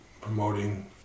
promoting